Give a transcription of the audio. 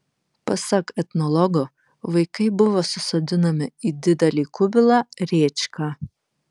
pasak etnologo vaikai buvo susodinami į didelį kubilą rėčką